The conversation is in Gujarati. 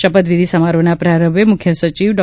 શપથવિધિ સમારોહના પ્રારંભે મુખ્ય સચિવશ્રી ડો